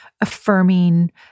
affirming